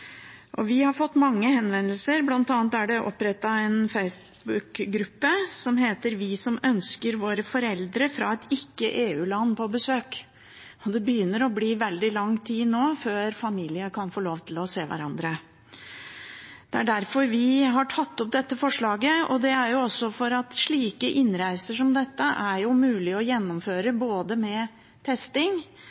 Vi har fått mange henvendelser. Det er bl.a. opprettet en Facebook-gruppe som heter «Vi som ønsker våre foreldre fra ikke EU-land på besøk». Det begynner nå å bli veldig lang tid før familiemedlemmer kan få lov til å se hverandre. Det er derfor vi har tatt opp dette forslaget. Og det er også fordi innreiser som dette er mulige å gjennomføre, med testing